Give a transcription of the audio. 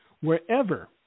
wherever